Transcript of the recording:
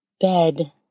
bed